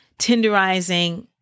tenderizing